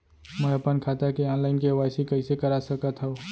मैं अपन खाता के ऑनलाइन के.वाई.सी कइसे करा सकत हव?